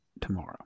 tomorrow